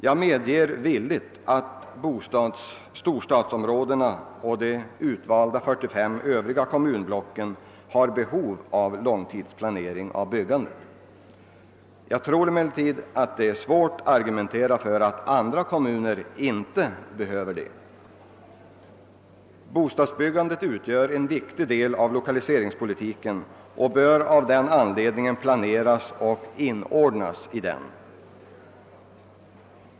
Jag medger villigt att storstadsområdena och de övriga 45 utvalda kommunblocken har behov av långtidsplanering av byggandet, men jag tror det är svårt att argumentera för att andra kommuner inte behöver det. Bostadsbyggandet utgör en viktig del i lokaliseringspolitiken och bör av den anledningen planeras och inordnas i denna.